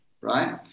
Right